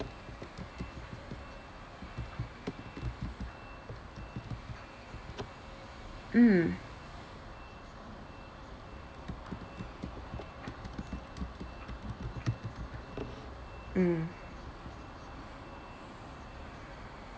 mm mm